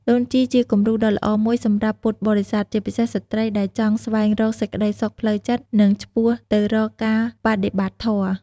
ដូនជីជាគំរូដ៏ល្អមួយសម្រាប់ពុទ្ធបរិស័ទ ជាពិសេសស្ត្រី ដែលចង់ស្វែងរកសេចក្តីសុខផ្លូវចិត្ត និងឆ្ពោះទៅរកការបដិបត្តិធម៌។